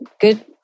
Good